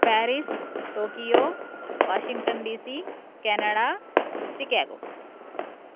Paris Tokyo Washington DC Canada Chicago